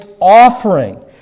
offering